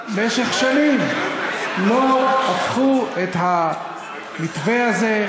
במשך שנים לא הפכו את המתווה הזה,